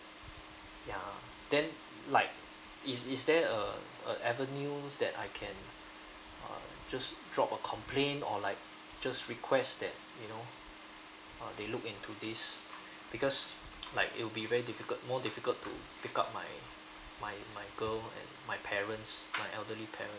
ya then like is is there a a avenue that I can uh just drop a complain or like just request that you know uh they look into this because like it would be very difficult more difficult to pick up my my my girl and my parents my elderly parents